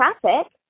traffic